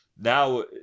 now